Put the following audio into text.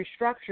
restructured